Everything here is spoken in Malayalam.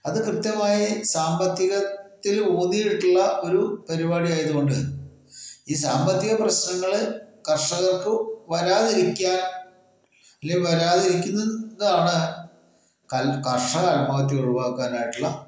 അത് കൃത്യമായി സാമ്പത്തികത്തിൽ ഊന്നിയിട്ടുള്ള ഒരു പരിപാടി ആയതുകൊണ്ട് ഈ സാമ്പത്തിക പ്രശ്നങ്ങള് കർഷകർക്ക് വരാതിരിക്കാ ഇല്ലേ വരാതിരിക്കുന്നതിലാണ് കൽ കർഷക ആത്മഹത്യ ഒഴിവാക്കാനായിട്ടുള്ള